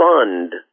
fund